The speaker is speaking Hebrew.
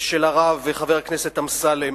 ושל הרב חבר הכנסת אמסלם,